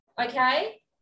okay